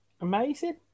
Amazing